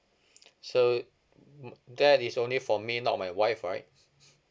so uh m~ that is only for me not my wife right